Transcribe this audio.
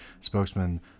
spokesman